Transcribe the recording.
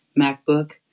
MacBook